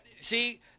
See